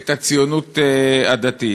את הציונות הדתית,